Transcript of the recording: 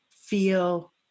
feel